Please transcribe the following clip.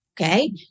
okay